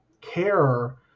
care